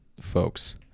folks